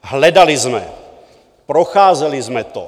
Hledali jsme, procházeli jsme to.